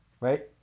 right